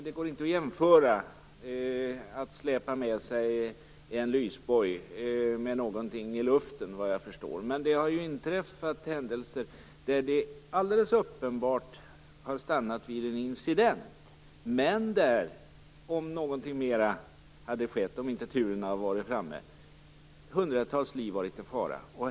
Det går inte att jämföra en händelse där ett fartyg släpar på en lysboj med någonting som händer i luften, men det har ju varit händelser där det uppenbart har stannat vid en incident men där hundratals liv hade varit i fara om någonting annat hade skett och oturen hade varit framme.